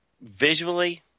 Visually